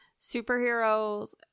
Superheroes